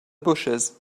bushes